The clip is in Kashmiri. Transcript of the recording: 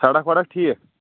سڑک وڑک ٹھیٖک